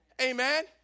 Amen